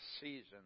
season